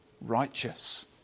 righteous